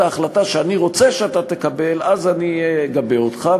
ההחלטה שאני רוצה שאתה תקבל אז אני אגבה אותך,